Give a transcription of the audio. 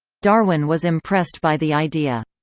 darwin was impressed by the idea.